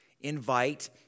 Invite